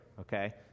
okay